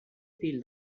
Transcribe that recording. feel